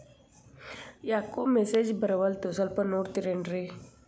ಯಾಕೊ ಮೆಸೇಜ್ ಬರ್ವಲ್ತು ಸ್ವಲ್ಪ ನೋಡ್ತಿರೇನ್ರಿ?